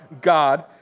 God